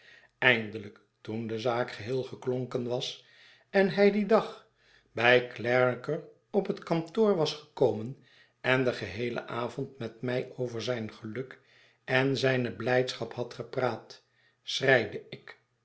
eindelijk toen de zaak geheel geklonken was en hij dien dag bij clarriker op het kantoor was gekomen en den geheelen avond met mij over zijn geluk en zijne blijdschap had gepraat schreide ik